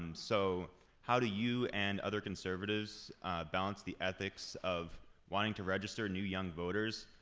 so how do you and other conservatives balance the ethics of wanting to register new, young voters,